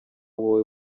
wowe